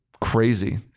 crazy